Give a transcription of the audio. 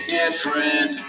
different